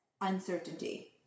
Uncertainty